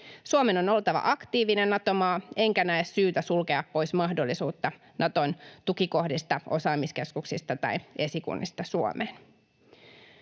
Suomen on oltava aktiivinen Nato-maa, enkä näe syytä sulkea pois mahdollisuutta Naton tukikohdista, osaamiskeskuksista tai esikunnista Suomeen.